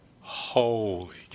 Holy